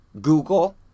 Google